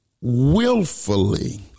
willfully